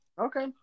Okay